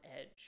edge